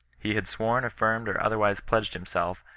he had sworn, affirmed, or other wise pledged himself,